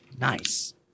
Nice